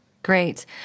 Great